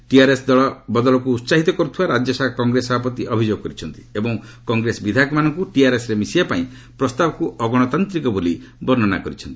TRS ଦଳ ବଦଳକ୍ ଉତ୍ସାହିତ କର୍ତ୍ଥବା ରାଜ୍ୟଶାଖା କଂଗ୍ରେସ ସଭାପତି ଅଭିଯୋଗ କରିଛନ୍ତି ଏବଂ କଂଗ୍ରେସ ବିଧାୟକମାନଙ୍କୁ ଟିଆର୍ଏସ୍ରେ ମିଶାଇବାପାଇଁ ପ୍ରସ୍ତାବକୁ ଅଗଣତାନ୍ତିକ ବୋଲି କହିଛନ୍ତି